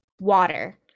water